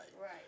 Right